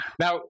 Now